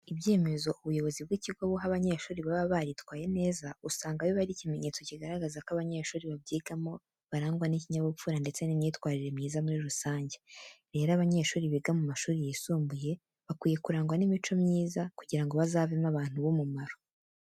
Ibyemezo ubuyobozi bw'ibigo buha abanyeshuri baba baritwaye neza, usanga biba ari ikimenyetso kigaragaza ko abanyeshuri babyigamo barangwa n'ikinyabupfura ndetse n'imyitwarire myiza muri rusange. Rero abanyeshuri biga mu mashuri yisumbuye bakwiye kurangwa n'imico myiza kugira ngo bazavemo abantu b'umumaro.